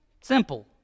Simple